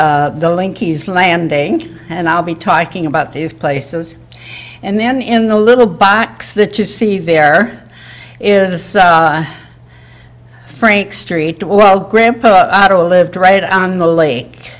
was the linksys landing and i'll be talking about these places and then in the little box that you see there is frank street well grandpa lived right on the lake